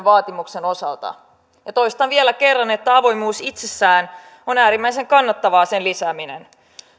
vaatimuksen osalta ja toistan vielä kerran että avoimuus itsessään on äärimmäisen kannattavaa sen lisääminen